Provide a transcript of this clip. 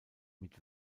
mit